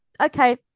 okay